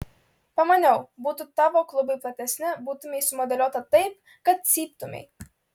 pamaniau būtų tavo klubai platesni būtumei sumodeliuota taip kad cyptumei